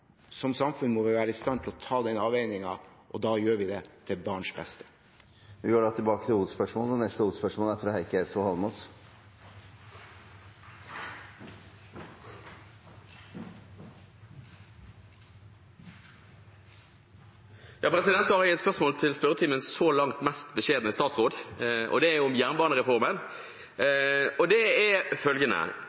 som samfunn må vi være i stand til å foreta den avveiningen, og da gjør vi det til barns beste. Vi går til neste hovedspørsmål. Jeg har et spørsmål til spørretimens så langt mest beskjedne statsråd, og det gjelder jernbanereformen. Det er følgende: